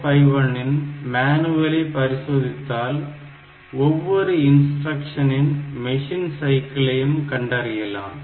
8051 இன் மேனுவலை பரிசோதித்தால் ஒவ்வொரு இன்ஸ்டிரக்ஷனின் மிஷின் சைக்கிளையும் கண்டறியலாம்